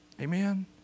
Amen